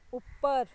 ਉੱਪਰ